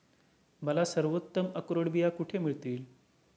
मला सर्वोत्तम अक्रोड बिया कुठे मिळतील